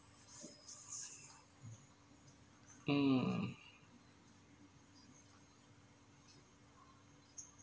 mm